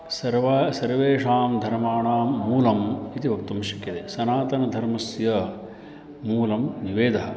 सर्वं सर्वेषां धर्माणां मूलम् इति वक्तुं शक्यते सनातनधर्मस्य मूलं वेदः